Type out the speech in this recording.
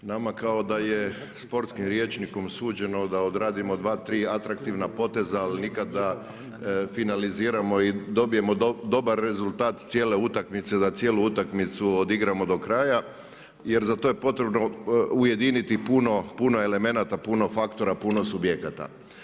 Nama kao da je sportskim rječnikom suđeno da odradimo dva, tri atraktivna poteza ali nikada finaliziramo i dobijemo dobar rezultat cijele utakmice, da cijelu utakmicu odigramo do kraja jer za to je potrebno ujediniti puno elemenata, puno faktora, puno subjekata.